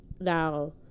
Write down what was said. now